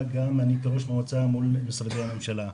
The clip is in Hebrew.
גם אני כראש מועצה מול משרדי הממשלה.